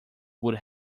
would